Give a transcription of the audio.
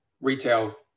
retail